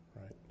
right